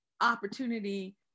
opportunity